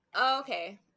okay